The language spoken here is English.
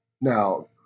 Now –